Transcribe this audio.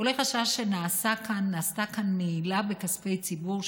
עולה חשש שנעשתה כאן מעילה בכספי ציבור,